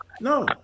No